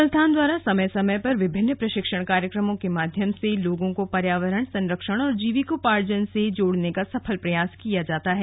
संस्थान द्वारा समय समय पर विभिन्न प्रशिक्षण कार्यक्रम के माध्यम से लोगों को पर्यावरण संरक्षण और जीविकोपार्जन से जोड़ने का सफल प्रयास किया है